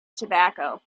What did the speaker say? tobacco